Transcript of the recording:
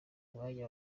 mwanya